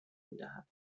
میدهد